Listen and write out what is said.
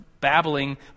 babbling